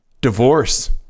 divorce